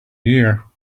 year